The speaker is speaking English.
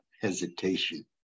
hesitation